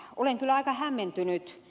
olen kyllä aika hämmentynyt ed